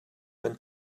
kan